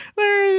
know.